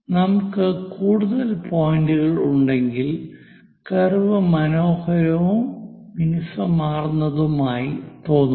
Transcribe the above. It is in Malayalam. നമുക്ക് കൂടുതൽ പോയിന്റുകൾ ഉണ്ടെങ്കിൽ കർവ് മനോഹരവും മിനുസമാർന്നതുമായി തോന്നുന്നു